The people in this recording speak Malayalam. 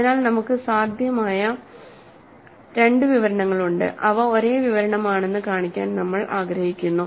അതിനാൽനമുക്ക് സാധ്യമായ രണ്ട് വിവരണങ്ങളുണ്ട് അവ ഒരേ വിവരണമാണെന്ന് കാണിക്കാൻ നമ്മൾ ആഗ്രഹിക്കുന്നു